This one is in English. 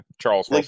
Charles